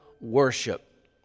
worship